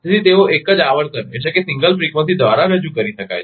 તેથી તેઓ એક જ આવર્તન દ્વારા રજૂ કરી શકાય છે